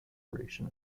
preparation